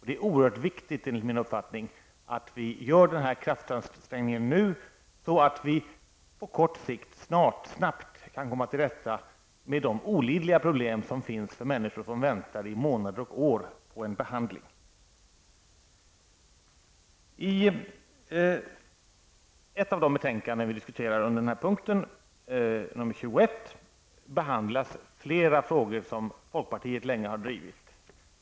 Det är oerhört viktigt att vi gör denna kraftansträngning nu, så att vi på kort sikt snabbt kan komma till rätta med de olidliga problem som finns för människor som väntar i månader och år på en behandling. I ett av de betänkanden som vi diskuterar under denna punkt, nr 21, behandlas flera frågor som folkpartiet länge har drivit.